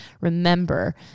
remember